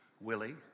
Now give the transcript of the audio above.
Willie